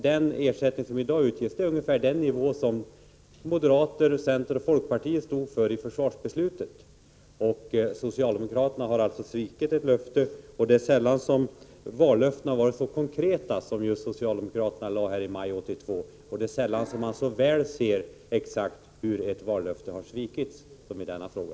Den ersättning som i dag utges ligger vid ungefär den nivå som moderaterna, centern och folkpartiet stod för i försvarsbeslutet, Socialdemokraterna har alltså svikit ett löfte, och det är sällan som vallöften har varit så konkreta som det socialdemokraterna gav här i maj 1982. Det är sällan man så väl ser hur ett vallöfte har svikits som i denna fråga.